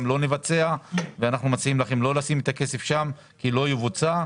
גם לא נבצע ואנחנו מציעים לכם לא לשים את הכסף שם כי לא יבוצע.